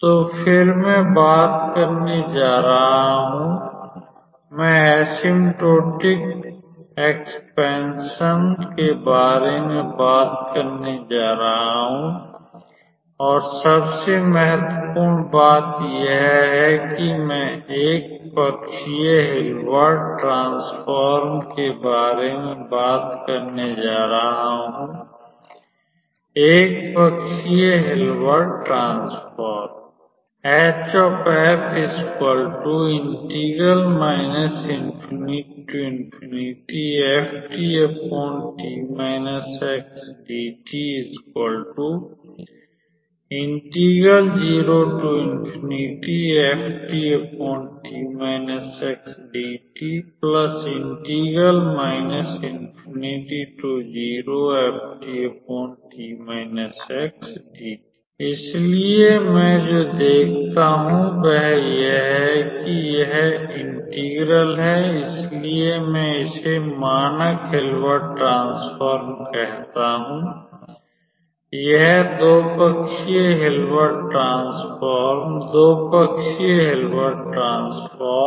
तो फिर मैं बात करने जा रहा हूं मैं असीमटोटिक एक्सपैनसन के बारे में बात करने जा रहा हूँ और सबसे महत्वपूर्ण बात यह है कि मैं एक पक्षीय हिल्बर्ट ट्रांसफॉर्म के बारे में बात करने जा रहा हूं एक पक्षीय हिल्बर्ट ट्रांसफॉर्म इसलिए मैं जो देखता हूं वह यह है कि यह इंटेगरल है इसलिए मैं इसे मानक हिल्बर्ट ट्रांसफॉर्म कहता हूं या 2 पक्षीय हिल्बर्ट ट्रांसफॉर्म 2 पक्षीय हिल्बर्ट ट्रांसफॉर्म